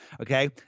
Okay